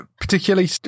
particularly